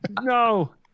No